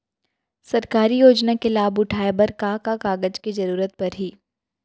सरकारी योजना के लाभ उठाए बर का का कागज के जरूरत परही